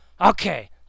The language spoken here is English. Okay